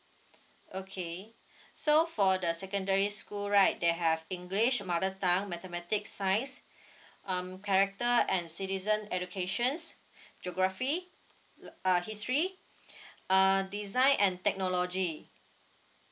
okay so for the secondary school right they have english mother tongue mathematic science um character and citizen educations geography err history err design and technology